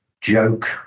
joke